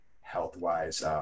health-wise